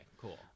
cool